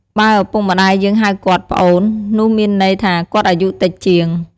បើឪពុកម្តាយយើងហៅគាត់ "ប្អូន" នោះមានន័យថាគាត់អាយុតិចជាង។